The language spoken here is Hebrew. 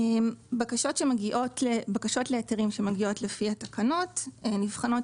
בקשות להיתרים שמגיעות לפי התקנות נבחנות